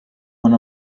one